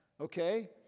Okay